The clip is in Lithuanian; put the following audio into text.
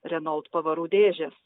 renolt pavarų dėžės